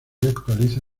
actualiza